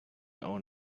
own